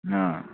अँ